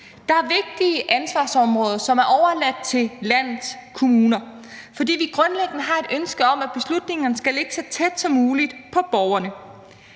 Der er vigtige ansvarsområder, som er overladt til landets kommuner, fordi vi grundlæggende har et ønske om, at beslutningerne skal ligge så tæt som muligt på borgerne.